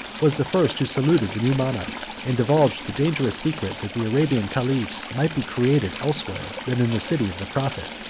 was the first who saluted the new monarch, and divulged the dangerous secret, that the arabian caliphs might be created elsewhere than in the city of the prophet.